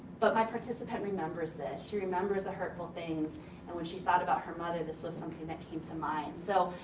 but my participant remembers this. she remembers the hurtful things and when she thought about her mother this was something that came to mind. so,